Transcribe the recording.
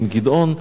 עם גדעון,